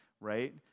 right